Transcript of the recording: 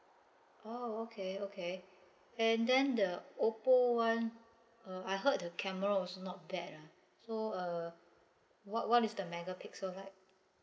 oh okay okay and then the oppo [one] uh I heard the camera also not bad ah so uh what what is the megapixel like